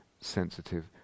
sensitive